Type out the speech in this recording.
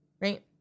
right